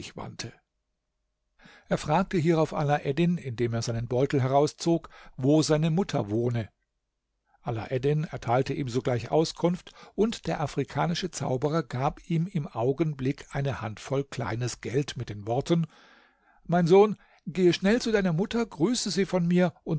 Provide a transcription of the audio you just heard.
wandte er fragte hierauf alaeddin indem er seinen beutel herauszog wo seine mutter wohne alaeddin erteilte ihm sogleich auskunft und der afrikanische zauberer gab ihm im augenblick eine handvoll kleines geld mit den worten mein sohn gehe schnell zu deiner mutter grüße sie von mir